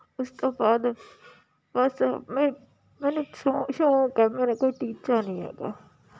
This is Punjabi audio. ਉਸ ਤੋਂ ਬਾਅਦ ਬਸ ਮੈ ਮੈਨੂੰ ਸ਼ੌ ਸ਼ੌਕ ਹੈ ਮੇਰਾ ਕੋਈ ਟੀਚਾ ਨਹੀਂ ਹੈਗਾ